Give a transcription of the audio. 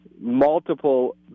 multiple